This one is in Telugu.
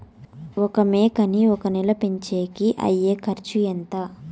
ఒక మేకని ఒక నెల పెంచేకి అయ్యే ఖర్చు ఎంత?